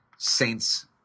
saints